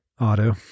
Auto